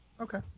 Okay